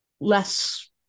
less